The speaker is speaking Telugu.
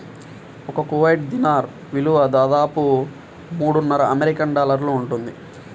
ఒక కువైట్ దీనార్ విలువ దాదాపు మూడున్నర అమెరికన్ డాలర్లు ఉంటుంది